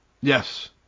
Yes